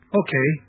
okay